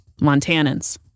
Montanans